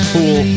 Pool